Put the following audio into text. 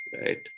right